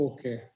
Okay